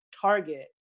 target